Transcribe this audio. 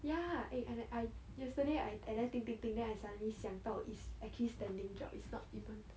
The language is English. yeah eh and I yesterday I at there think think think then I suddenly 想到 it's actually standing job it's not even